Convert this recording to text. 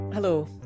Hello